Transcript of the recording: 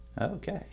Okay